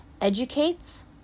educates